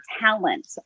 talent